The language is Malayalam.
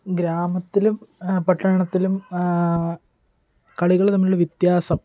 ഗ്രാമത്തിലും പട്ടണത്തിലും കളികള് തമ്മിലുള്ള വ്യത്യാസം